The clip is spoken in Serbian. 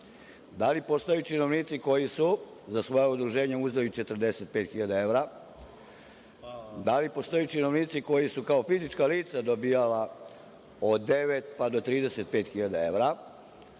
Da li postoje činovnici koji su za svoja udruženja uzeli 45.000 evra? Da li postoje činovnici koji su kao fizička lica dobijali od 9.000 do 35.000 evra?